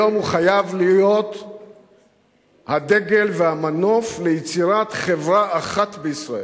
היום הוא חייב להיות הדגל והמנוף ליצירת חברה אחת בישראל.